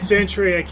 Century